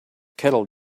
kettle